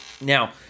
Now